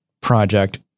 project